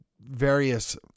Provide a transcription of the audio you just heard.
various